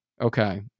Okay